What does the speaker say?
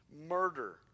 murder